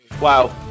Wow